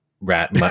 rat